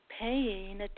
paying